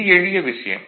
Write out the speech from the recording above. இது எளிய விஷயம்